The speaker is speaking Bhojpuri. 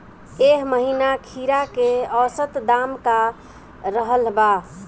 एह महीना खीरा के औसत दाम का रहल बा?